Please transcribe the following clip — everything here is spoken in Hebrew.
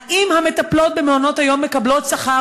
האם המטפלות במעונות היום מקבלות שכר